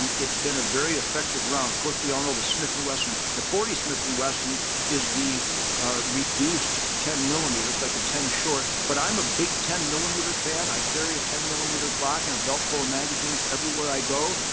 um it's been a very effective round. of course, we all know the smith and wesson, the forty smith and wesson is the reduced ten millimeters, like a ten short but i'm a big ten millimeter fan. i carry a ten millimeter glock and a belt full of magazines everywhere i go.